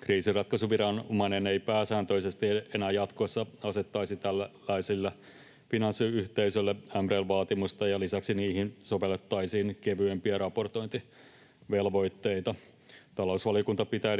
Kriisinratkaisuviranomainen ei pääsääntöisesti enää jatkossa asettaisi tällaisille finanssiyhteisöille MREL-vaatimusta, ja lisäksi niihin sovellettaisiin kevyempiä raportointivelvoitteita. Talousvaliokunta pitää